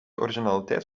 originaliteit